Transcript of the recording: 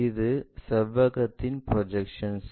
இது செவ்வகத்தின் ப்ரொஜெக்ஷன்ஸ்